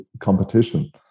competition